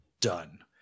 done